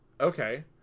okay